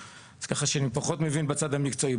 אז ככה שאני פחות מבין בצד המקצועי,